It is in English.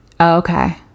okay